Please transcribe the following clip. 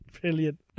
brilliant